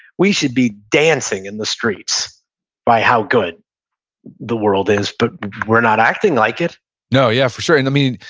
we should be dancing in the streets by how good the world is, but we're not acting like it no, yeah, for sure, and i mean,